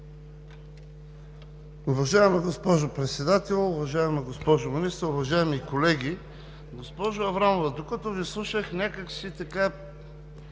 Уважаема госпожо Председател, уважаема госпожо Министър, уважаеми колеги! Госпожо Аврамова, докато Ви слушах, някак си започнах